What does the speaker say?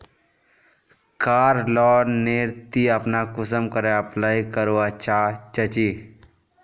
कार loan नेर ती अपना कुंसम करे अप्लाई करवा चाँ चची?